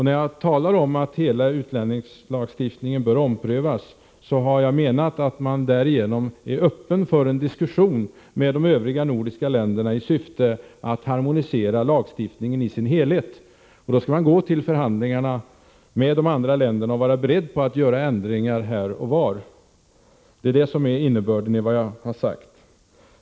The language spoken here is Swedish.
När jag talar om att hela utlänningslagstiftningen bör omprövas menar jag att man bör vara öppen för en diskussion med de övriga nordiska länderna i syfte att harmonisera lagstiftningen i dess helhet. Man bör gå till förhandlingar med de andra länderna beredd på att göra ändringar här och var. Detta är innebörden i det som jag har sagt.